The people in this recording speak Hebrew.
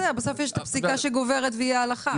בסדר, בסוף יש את הפסיקה שגוברת והיא ההלכה.